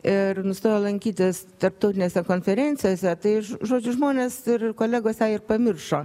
ir nustojo lankytis tarptautinėse konferencijose tai žodžiu žmonės ir kolegos ir pamiršo